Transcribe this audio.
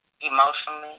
emotionally